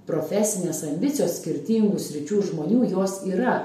profesinės ambicijos skirtingų sričių žmonių jos yra